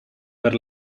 per